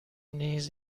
نیز